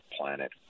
planet